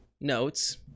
notes